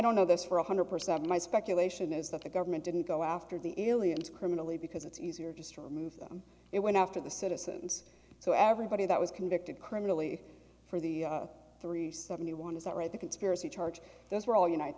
don't know this for one hundred percent my speculation is that the government didn't go after the aliens criminally because it's easier just to remove them it went after the citizens so everybody that was convicted criminally for the three seventy one is that right the conspiracy charge those were all united